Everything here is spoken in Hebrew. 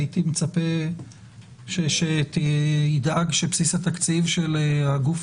הייתי מצפה שידאג שבסיס התקציב של הגוף